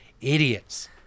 idiots